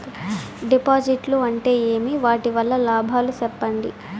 డిపాజిట్లు అంటే ఏమి? వాటి వల్ల లాభాలు సెప్పండి?